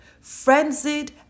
frenzied